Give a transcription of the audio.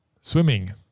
Swimming